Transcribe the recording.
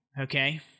Okay